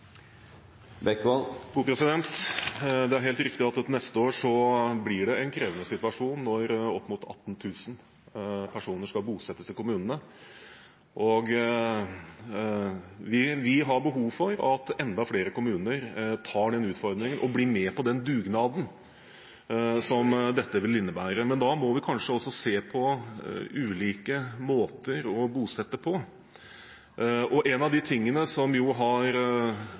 helt riktig at det neste år blir en krevende situasjon når opp mot 18 000 personer skal bosettes i kommunene. Vi har behov for at enda flere kommuner tar den utfordringen og blir med på den dugnaden som dette vil innebære, men da må vi kanskje også se på ulike måter å bosette på. En av de tingene som det har